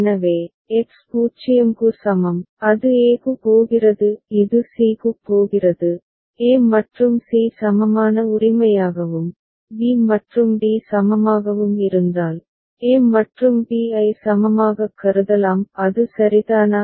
எனவே x 0 க்கு சமம் அது a க்கு போகிறது இது c க்குப் போகிறது a மற்றும் c சமமான உரிமையாகவும் b மற்றும் d சமமாகவும் இருந்தால் a மற்றும் b ஐ சமமாகக் கருதலாம் அது சரிதானா